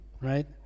right